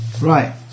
Right